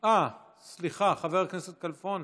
סליחה, חבר הכנסת כלפון,